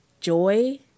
joy